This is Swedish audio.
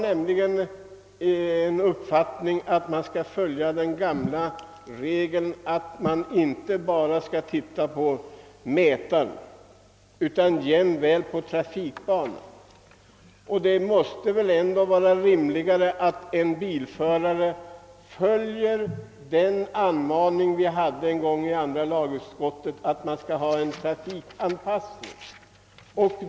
Enligt min uppfattning bör man nämligen följa den gamla regeln att inte bara titta på mätaren utan jämväl på vägbanan. Det torde ändå vara rimligt att en bilförare följer den anmaning vi en gång gav i andra lagutskottet om trafikanpassning.